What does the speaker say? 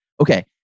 okay